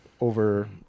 over